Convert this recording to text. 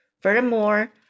Furthermore